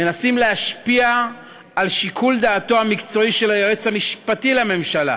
מנסים להשפיע על שיקול דעתו המקצועי של היועץ המשפטי לממשלה.